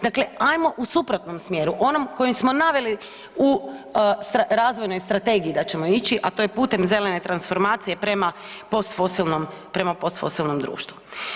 Dakle ajmo u suprotnom smjeru, onom koji smo naveli u Razvojnoj strategiji da ćemo ići, a to je putem zelene transformacije prema postfosilnom društvu.